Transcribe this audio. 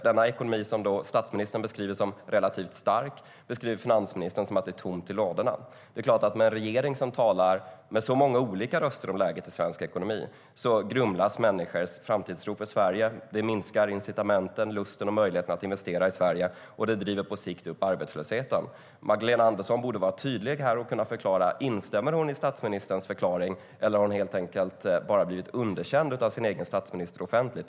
Den ekonomi som statsministern beskriver som relativt stark beskriver finansministern som att det är tomt i ladorna. Med en regering som talar med så många olika röster om läget i svensk ekonomi grumlas människors framtidstro i Sverige. Det minskar incitamenten, lusten och möjligheten att investera i Sverige, och det driver på sikt upp arbetslösheten. Magdalena Andersson borde kunna vara tydlig och förklara sig. Instämmer hon i statsministerns förklaring? Eller har hon blivit underkänd av sin egen statsminister offentligt?